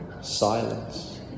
silence